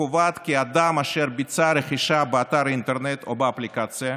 קובעת כי אדם אשר ביצע רכישה באתר אינטרנט או באפליקציה,